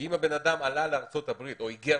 כי אם הבן אדם עלה לארצות הברית או היגר